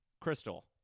crystal